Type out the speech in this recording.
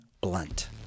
Blunt